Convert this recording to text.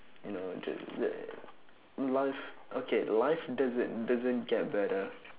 you know just that life okay life doesn't doesn't get better